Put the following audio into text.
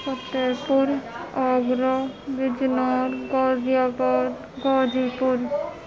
فتح پور آگرہ بجنور غازی آباد غازی پور